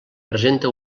presenta